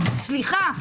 סליחה,